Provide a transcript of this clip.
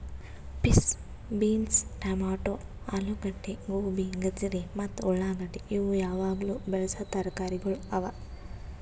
piece, beans, tomato, ಆಲೂಗಡ್ಡಿ, ಗೋಬಿ, ಗಜರಿ ಮತ್ತ ಉಳಾಗಡ್ಡಿ ಇವು ಯಾವಾಗ್ಲೂ ಬೆಳಸಾ ತರಕಾರಿಗೊಳ್ ಅವಾ